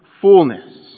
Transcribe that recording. Fullness